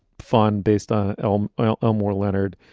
fun based on elmore elmore leonard.